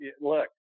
look